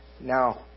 now